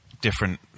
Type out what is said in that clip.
different